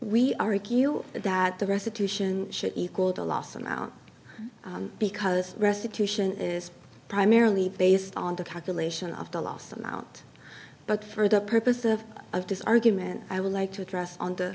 we argue that the resolution should equal the loss amount because restitution is primarily based on the calculation of the lost amount but for the purpose of of this argument i would like to address on t